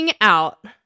out